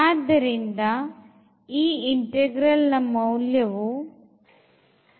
ಆದ್ದರಿಂದ ಈ integral ನ ಮೌಲ್ಯವು 4